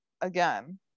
again